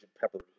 Pepper*